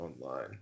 online